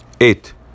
Eight